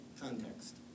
context